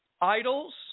idols